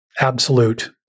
absolute